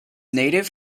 native